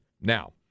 Now